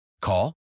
Call